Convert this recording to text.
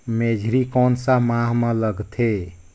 मेझरी कोन सा माह मां लगथे